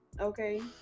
okay